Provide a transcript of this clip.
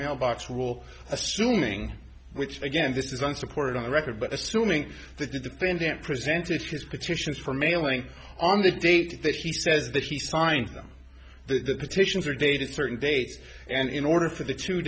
mailbox rule assuming which again this is unsupported on the record but assuming the pendant presented his petitions for mailing on the date that he says that he signed them the petitions are dated certain dates and in order for the two